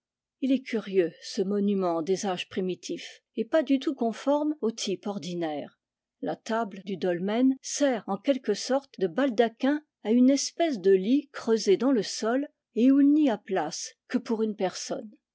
il est curieux ce monument des âges primitifs et pas du tout conforme au type ordinaire la table du dolmen sert en quelque sorte de baldaquin à une espèce de lit creusé dans le sol et où il n'y a place que pour une personne